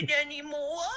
anymore